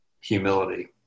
humility